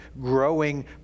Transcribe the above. growing